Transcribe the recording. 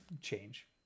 change